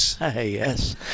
Yes